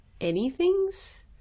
anythings